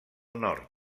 nord